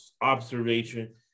observation